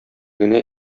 генә